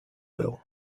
bill